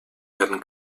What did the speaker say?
werden